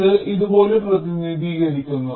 ഇത് ഇതുപോലെ പ്രതിനിധീകരിക്കുന്നു